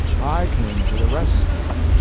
i came to the rescue.